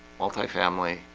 multi-family,